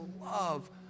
love